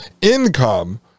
income